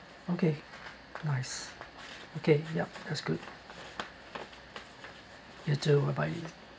okay nice okay yup that's good you too bye bye